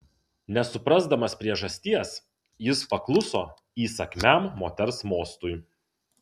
nesuprasdamas priežasties jis pakluso įsakmiam moters mostui